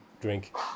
drink